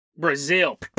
Brazil